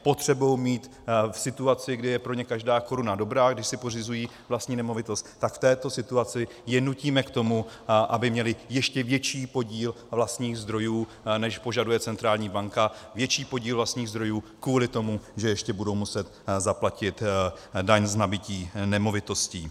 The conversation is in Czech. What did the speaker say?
Potřebují mít v situaci, kdy je pro ně každá koruna dobrá, když si pořizují vlastní nemovitost, tak v této situaci je nutíme k tomu, aby měli ještě větší podíl vlastních zdrojů, než požaduje centrální banka, větší podíl vlastních zdrojů kvůli tomu, že ještě budou muset zaplatit daň z nabytí nemovitosti.